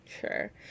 sure